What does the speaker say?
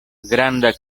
granda